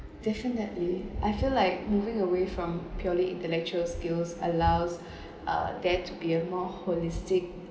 definitely I feel like moving away from purely intellectual skills allows uh they to be a more holistic